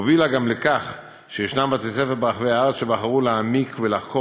ויש בתי-ספר ברחבי הארץ שבחרו להעמיק ולחקור